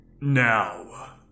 Now